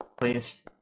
Please